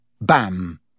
Bam